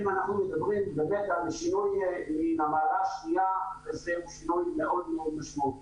אנחנו מדברים --- זה מאוד מאוד משמעותי.